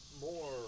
more